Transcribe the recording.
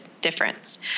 difference